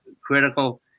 critical